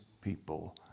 people